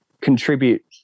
contribute